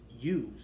Use